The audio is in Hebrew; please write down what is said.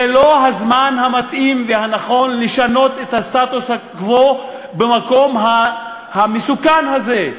זה לא הזמן המתאים והנכון לשנות את הסטטוס-קוו במקום המסוכן הזה,